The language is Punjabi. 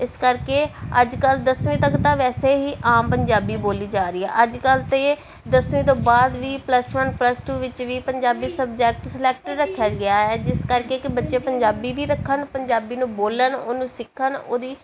ਇਸ ਕਰਕੇ ਅੱਜ ਕੱਲ ਦਸਵੀਂ ਤੱਕ ਤਾਂ ਵੈਸੇ ਹੀ ਆਮ ਪੰਜਾਬੀ ਬੋਲੀ ਜਾ ਰਹੀ ਹੈ ਅੱਜ ਕੱਲ ਤਾਂ ਦਸਵੀਂ ਤੋਂ ਬਾਅਦ ਵੀ ਪਲਸ ਵਨ ਪਲਸ ਟੂ ਵਿੱਚ ਵੀ ਪੰਜਾਬੀ ਸਬਜੈਕਟ ਸਲੈਕਟ ਰੱਖਿਆ ਗਿਆ ਹੈ ਜਿਸ ਕਰਕੇ ਕਿ ਬੱਚੇ ਪੰਜਾਬੀ ਵੀ ਰੱਖਣ ਪੰਜਾਬੀ ਨੂੰ ਬੋਲਣ ਉਹਨੂੰ ਸਿੱਖਣ ਉਹਦੀ